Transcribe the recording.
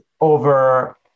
over